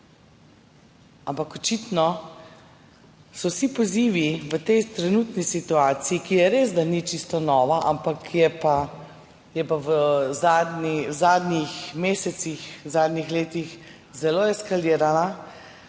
Ampak očitno vsi pozivi ob tej trenutni situaciji, ki resda ni čisto nova, ampak je pa v zadnjih mesecih, v zadnjih letih zelo eskalirala,